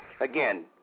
Again